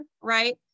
right